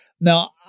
Now